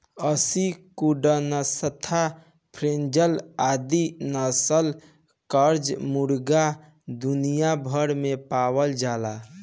Aseel, Kadaknath, frizzle आदि नस्ल कअ मुर्गा दुनिया भर में पावल जालन